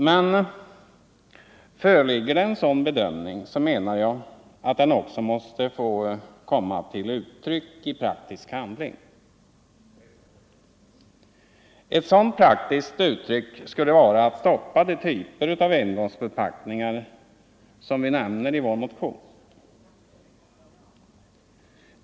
Men föreligger det en sådan bedömning, så menar jag att den också måste få komma till uttryck i praktisk handling. Ett sådant praktiskt uttryck skulle vara att stoppa de typer av engångsförpackningar som vi nämner i vår motion.